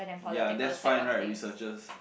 ya that's fine right we suggest